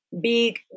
big